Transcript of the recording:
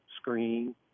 screen